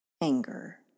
anger